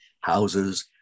houses